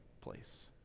place